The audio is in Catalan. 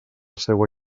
seua